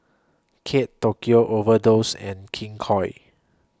Kate Tokyo Overdose and King Koil